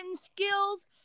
skills